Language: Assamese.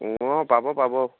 ও অ পাব পাব